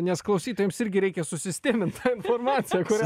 nes klausytojams irgi reikia susistemint informaciją kurią